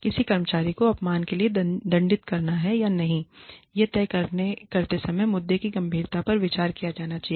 किसी कर्मचारी को अपमान के लिए दंडित करना है या नहीं यह तय करते समय मुद्दे की गंभीरता पर विचार किया जाना चाहिए